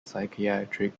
psychiatric